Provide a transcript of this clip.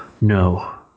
no